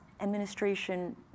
administration